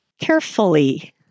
Carefully